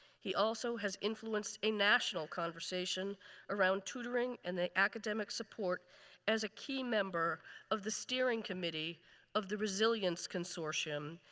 he also has influenced a national conversation around tutoring and the academic support as a key member of the steering committee of the resilience consortium,